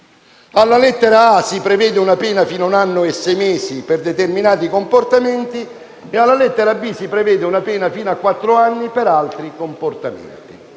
alla lettera *a)* si prevede una pena fino a un anno e sei mesi per determinati comportamenti e alla lettera *b)* si prevede una pena fino a quattro anni per altri comportamenti.